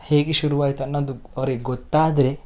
ಹೇಗೆ ಶುರುವಾಯ್ತು ಅನ್ನೋದು ಅವ್ರಿಗೆ ಗೊತ್ತಾದರೆ